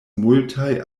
multaj